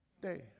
day